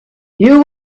you